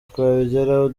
twabigeraho